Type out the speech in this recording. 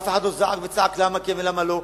אף אחד לא זעק וצעק למה כן ולמה לא.